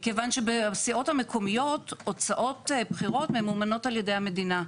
מכיוון שבסיעות המקומיות הוצאות בחירות ממומנות על ידי המדינה,